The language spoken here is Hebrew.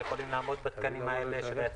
של יצרנים שיכולים לעמוד בתקנים האלה,